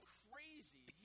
crazy